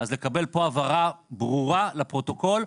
אז לקבל פה הבהרה ברורה לפרוטוקול,